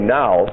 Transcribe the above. now